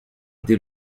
dès